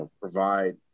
provide